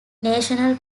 national